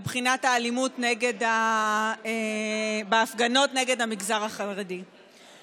לבחינת האלימות בהפגנות נגד המגזר החרדי.